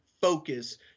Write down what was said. focus